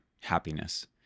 happiness